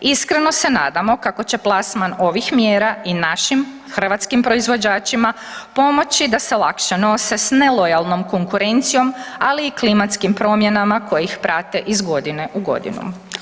Iskreno se nadamo kako će plasman ovih mjera i našim hrvatskim proizvođačima pomoći da se lakše nose s nelojalnom konkurencijom, ali i klimatskim promjenama kojih prate iz godine u godinu.